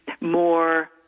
more